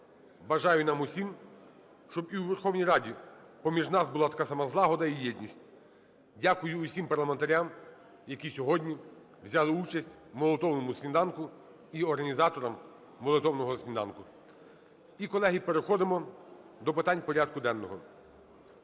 Бажаю нам усім, щоб і у Верховній Раді поміж нас була така сама злагода і єдність. Дякую усім парламентарям, які сьогодні взяли участь в Молитовному сніданку, і організаторам Молитовного сніданку. І, колеги, переходимо до питань порядку денного.